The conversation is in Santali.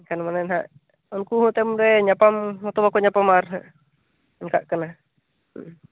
ᱮᱱᱠᱷᱟᱱ ᱢᱟᱱᱮ ᱱᱟᱦᱟᱸᱜ ᱩᱱᱠᱩ ᱦᱚᱸ ᱛᱟᱭᱚᱢ ᱨᱮ ᱧᱟᱯᱟᱢ ᱦᱚᱛᱚ ᱵᱟᱠᱚ ᱧᱟᱯᱟᱢᱟ ᱟᱨ ᱚᱱᱠᱟᱜ ᱠᱟᱱᱟ